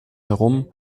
herum